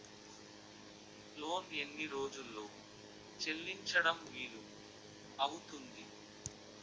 Loan ఎన్ని రోజుల్లో చెల్లించడం వీలు అవుతుంది?